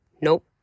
Nope